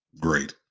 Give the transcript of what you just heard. great